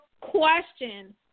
question